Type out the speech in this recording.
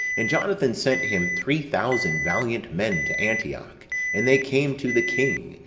and jonathan sent him three thousand valiant men to antioch and they came to the king,